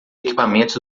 equipamentos